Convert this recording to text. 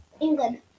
England